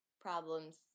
problems